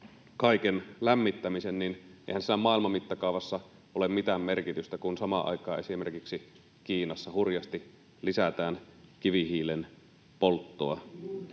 kaiken lämmittämisen, niin eihän sillä maailman mittakaavassa ole mitään merkitystä, kun samaan aikaan esimerkiksi Kiinassa hurjasti lisätään kivihiilen polttoa.